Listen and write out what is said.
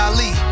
Ali